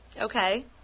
Okay